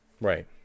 Right